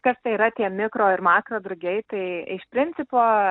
kas tai yra tie mikro ir makro drugiai tai iš principo